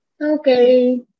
Okay